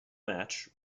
match